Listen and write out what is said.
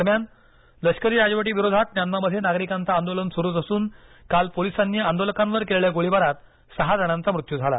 दरम्यान लष्करी राजवटीविरोधात म्यानमामध्ये नागरिकांचं आंदोलन सुरूच असून काल पोलिसांनी आंदोलकांवर केलेल्या गोळीबारात सहा जणांचा मृत्यू झाला